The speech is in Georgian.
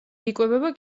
იკვებება